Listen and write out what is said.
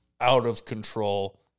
out-of-control